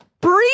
breathe